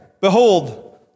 behold